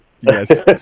Yes